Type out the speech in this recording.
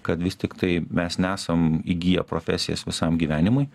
kad vis tiktai mes nesam įgiję profesijas visam gyvenimui